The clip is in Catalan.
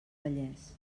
vallès